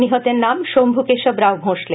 নিহতের নাম শম্ভু কেশব রাও ভোঁসলে